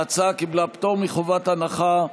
ההצעה קיבלה פטור מחובת הנחה,